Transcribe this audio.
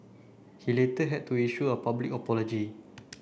he later had to issue a public apology